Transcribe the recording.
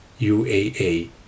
UAA